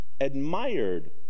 admired